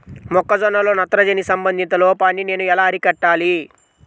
మొక్క జొన్నలో నత్రజని సంబంధిత లోపాన్ని నేను ఎలా అరికట్టాలి?